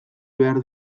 behar